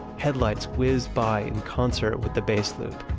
headlights whizzed by in concert with the bass loop,